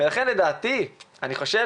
לכן לדעתי אתה צריך